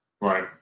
Right